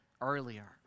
earlier